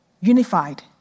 unified